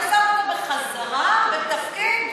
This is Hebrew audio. ושם אותו בחזרה בתפקיד,